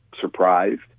surprised